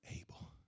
able